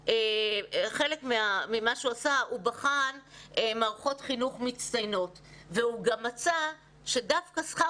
שחלק ממה שהוא עשה הוא בחן מערכות חינוך מצטיינות והוא גם מצא שדווקא שכר